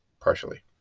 partially